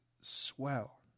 swell